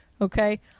Okay